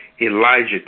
Elijah